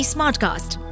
Smartcast